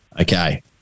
Okay